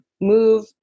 move